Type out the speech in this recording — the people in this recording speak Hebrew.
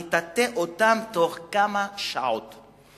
נטאטא אותם תוך כמה שעות.